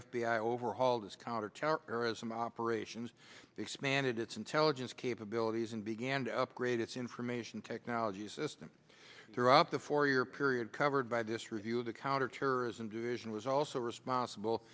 i overhauled its counterterrorism operations expanded its intelligence capabilities and began to upgrade its information technology system throughout the four year period covered by this review of the counterterrorism division was also responsible